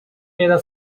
era